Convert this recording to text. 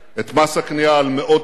חבר הכנסת יואל חסון,